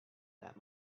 that